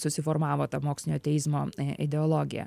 susiformavo ta mokslinio ateizmo ideologija